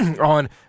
on